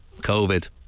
COVID